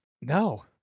No